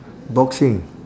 boxing